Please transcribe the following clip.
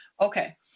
okay